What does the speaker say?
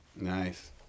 Nice